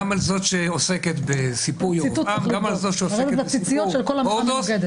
גם אל זאת שעוסקת בסיפור ירבעם וגם על זאת שעוסקת בסיפור הורדוס,